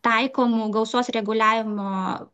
taikomų gausos reguliavimo